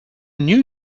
knew